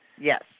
Yes